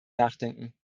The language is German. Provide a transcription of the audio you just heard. nachdenken